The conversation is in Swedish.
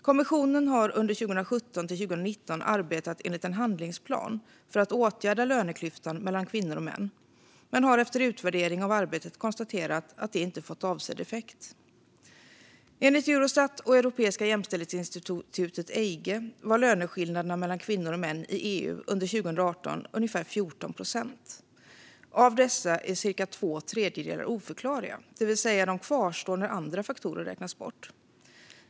Kommissionen har 2017-2019 arbetat enligt en handlingsplan för att åtgärda löneklyftan mellan kvinnor och män men har efter utvärdering av arbetet konstaterat att detta inte fått avsedd effekt. Enligt Eurostat och Europeiska jämställdhetsinstitutet, EIGE, var löneskillnaderna mellan kvinnor och män i EU under 2018 ungefär 14 procent. Av dessa är cirka två tredjedelar oförklarliga, det vill säga att de kvarstår när andra faktorer räknats bort.